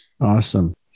Awesome